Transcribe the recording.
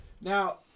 Now